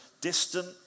distant